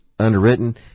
Underwritten